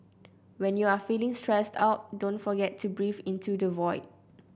when you are feeling stressed out don't forget to breathe into the void